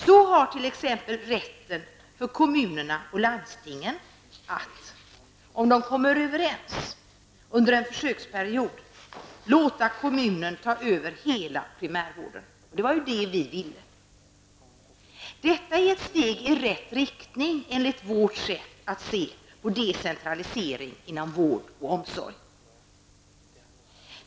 Detta gäller t.ex. rätten för kommunerna och landstingen att, om de kommer överens och under en försöksperiod, låta kommunen ta över hela primärvården. Det var ju detta vi ville. Detta är ett steg i rätt riktning enligt vårt sätt att se på decentralisering inom vård och omsorg.